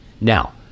Now